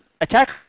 Attack